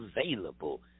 available